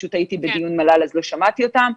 ופשוט הייתי בדיון מל"ל ולא שמעתי אותם,